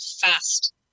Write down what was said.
fast